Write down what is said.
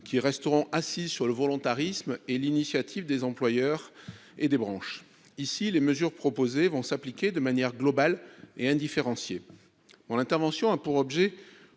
resteront assises sur le volontarisme et l'initiative des employeurs et des branches. En revanche, les mesures proposées dans cet article vont s'appliquer de manière globale et indifférenciée. Mon intervention a pour objet